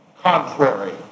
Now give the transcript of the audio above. contrary